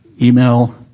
email